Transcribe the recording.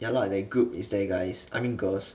yeah lah that group is there guys I mean girls